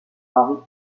henry